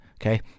okay